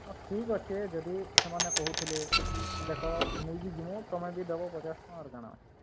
ହଁ ଠିକ୍ ଅଛି ଯଦି ସେମାନେ କହୁଥିଲେ ଦେଖ ନେଇକି ଯିବୁ ତମେ ଯଦି ଦେବ ପଚାଶ୍ ଟଙ୍କା ଆର କାଣା ଅଛି